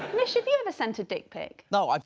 nish have you ever sent a dick pic? no, like